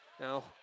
Now